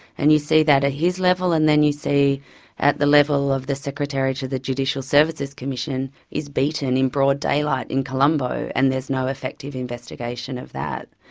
and you see that at ah his level and then you see at the level of the secretary to the judicial services commission is beaten in broad daylight in colombo and there is no effective investigation of that.